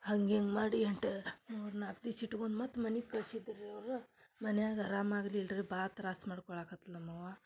ಹಂಗಿಂಗೆ ಮಾಡಿ ಎಂಟು ಮೂರು ನಾಲ್ಕು ದಿವಸ ಇಟ್ಕೊಂಡು ಮತ್ತು ಮನಿಗೆ ಕಳ್ಸಿದ್ರು ರೀ ಅವರು ಮನ್ಯಾಗ ಅರಾಮಾಗ್ಲಿಲ್ರೀ ಭಾಳ ತ್ರಾಸ ಮಾಡ್ಕೊಳ್ಳಕತ್ಲು ನಮ್ಮವ್ವ